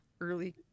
Early